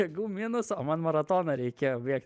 jėgų minus o man maratoną reikėjo bėgt